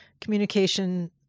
communication